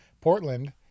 portland